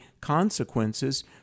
consequences